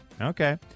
Okay